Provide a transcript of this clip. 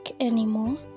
anymore